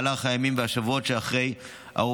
ובמהלך הימים והשבועות שאחריו,